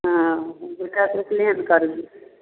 हँ बेटाके उपनयन करबै